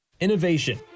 Innovation